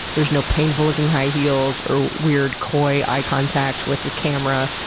there's no painful-looking high heels, or weird coy eye contact with the camera,